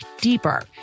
deeper